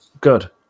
good